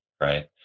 Right